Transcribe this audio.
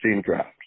draft